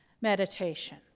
meditation